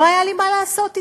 לא היה לי מה לעשות אתו.